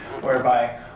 whereby